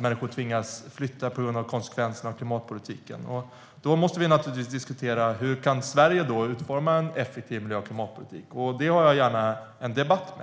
Människor tvingas flytta på grund av konsekvenserna av klimatpolitiken. Då måste vi naturligtvis diskutera hur Sverige kan utforma en effektiv miljö och klimatpolitik. Det har jag gärna en debatt